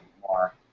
more